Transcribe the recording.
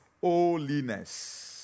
holiness